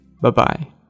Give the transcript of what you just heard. Bye-bye